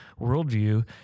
worldview